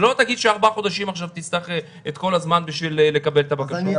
שלא תגיד שארבעה חודשים עכשיו תצטרך את כל הזמן כדי לקבל את הבקשה.